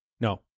No